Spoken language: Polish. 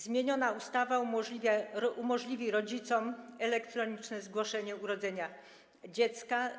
Zmieniona ustawa umożliwi rodzicom elektroniczne zgłoszenie urodzenia dziecka.